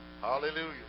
Hallelujah